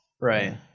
Right